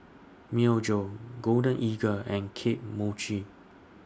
Myojo Golden Eagle and Kane Mochi